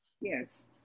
yes